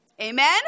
Amen